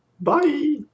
Bye